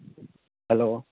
hello